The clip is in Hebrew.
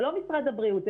זה לא משרד הבריאות,